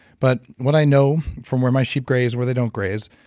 but what i know from where my sheep graze, where they don't graze.